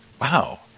wow